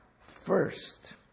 first